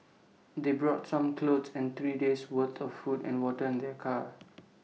they brought some clothes and three days' worth of food and water in their car